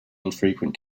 infrequent